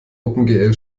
opengl